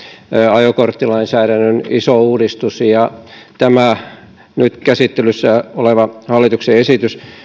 ajokorttilainsäädännön iso uudistus ja tämä nyt käsittelyssä oleva hallituksen esitys